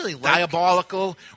diabolical